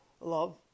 love